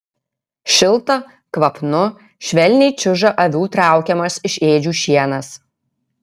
šilta kvapnu švelniai čiuža avių traukiamas iš ėdžių šienas